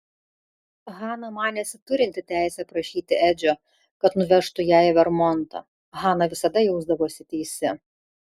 hana manėsi turinti teisę prašyti edžio kad nuvežtų ją į vermontą hana visada jausdavosi teisi